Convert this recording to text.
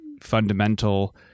fundamental